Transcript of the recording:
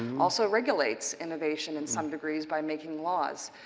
also regulates innovation in some degrees by making laws.